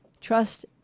trust